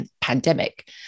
pandemic